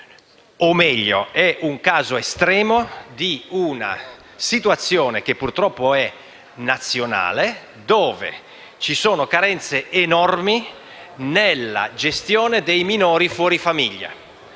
o meglio, è il caso estremo di una situazione che purtroppo è nazionale e rivela carenze enormi nella gestione dei minori fuori famiglia.